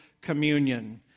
communion